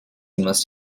must